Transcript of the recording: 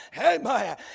Amen